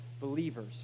believers